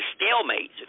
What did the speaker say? stalemate